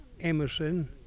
Emerson